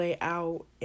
out